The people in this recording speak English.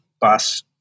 bus